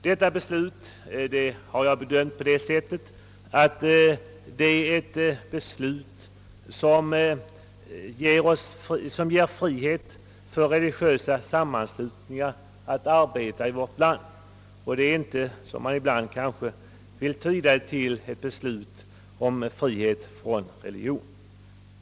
Detta beslut har jag bedömt på det sättet, att det är ett beslut som ger frihet för religiösa sammanslutningar att arbeta i vårt land och inte, som man kanske ibland vill tyda det, ett beslut om frihet från religion.